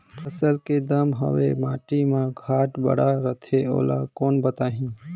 फसल के दम हवे मंडी मा घाट बढ़ा रथे ओला कोन बताही?